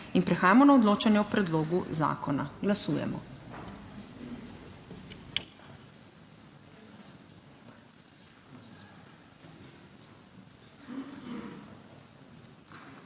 in prehajamo na odločanje o predlogu zakona. Glasujemo.